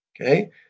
Okay